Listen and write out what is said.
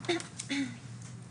עולות פה